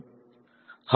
હા